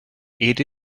ate